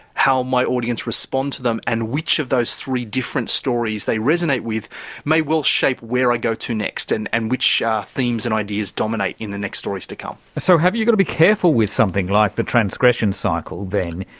how my audience respond to them and which of those three different stories they resonate with may well shape where i go to next and and which themes and ideas dominate in the next stories to come. so have you got to be careful with something like the transgressions cycle, then,